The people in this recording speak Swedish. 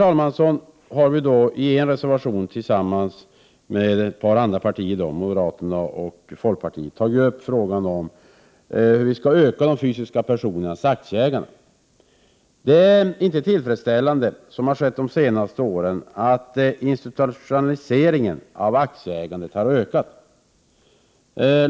Slutligen har vi i en reservation tillsammans med ett par andra partier, moderaterna och folkpartiet, tagit upp frågan om hur vi skall öka de fysiska personernas aktieägande. Det är inte tillfredsställande, som har skett de senaste åren, att institutionaliseringen av aktieägandet har ökat.